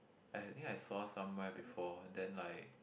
I think I saw somewhere before then like